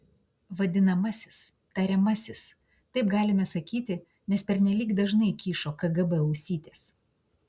vadinamasis tariamasis taip galime sakyti nes pernelyg dažnai kyšo kgb ausytės